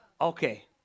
Okay